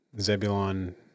Zebulon